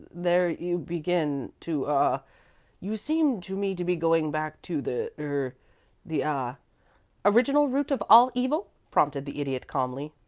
there you begin to ah you seem to me to be going back to the er the ah original root of all evil, prompted the idiot, calmly.